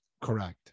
Correct